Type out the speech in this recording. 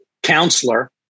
counselor